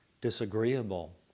disagreeable